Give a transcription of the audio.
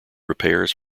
repairs